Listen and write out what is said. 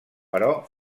però